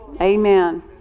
Amen